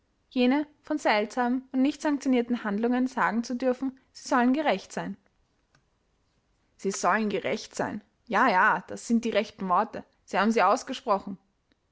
jene von seltsamen und nicht sanktionierten handlungen sagen zu dürfen sie sollen gerecht sein sie sollen gerecht sein ja ja das sind die rechten worte sie haben sie ausgesprochen